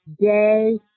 day